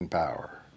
power